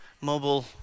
mobile